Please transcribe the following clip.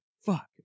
Fuck